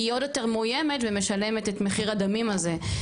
היא עוד יותר מאוימת ומשלמת את מחיר הדמים הזה.